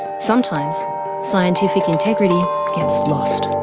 sometimes scientific integrity gets lost.